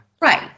Right